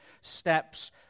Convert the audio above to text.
steps